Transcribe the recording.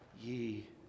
ye